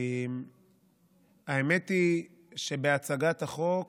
האמת היא שבהצגת החוק,